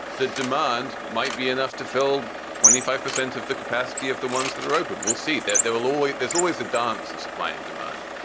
the demand might be enough to fill twenty five percent of the capacity of the ones that are open. we'll see that there will always there's always a dance of supply and demand.